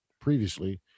previously